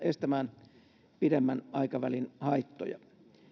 estämään pidemmän aikavälin haittoja